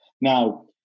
Now